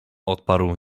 odparł